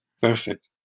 perfect